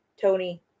Tony